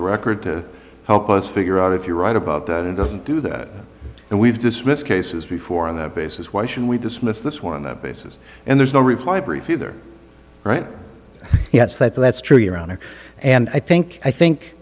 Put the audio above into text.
the record to help us figure out if you're right about that it doesn't do that and we've dismissed cases before on that basis why should we dismiss this one on that basis and there's no reply brief either right yes that's true your honor and i think i think